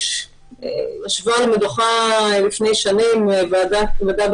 ישבה על המדוכה לפני שנים ועדת המדע,